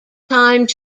time